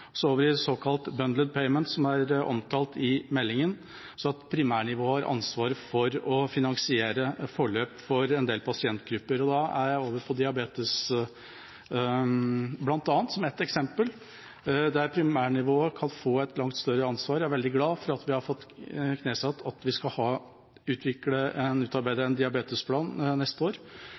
så over i såkalt «bundled payment», som er omtalt i meldinga, slik at primærnivået får ansvar for å finansiere forløp for en del pasientgrupper. Da er jeg over på diabetes, bl.a., som ett eksempel, der primærnivået kan få et langt større ansvar. Jeg er veldig glad for at vi har fått knesatt at vi skal utarbeide en diabetesplan neste år.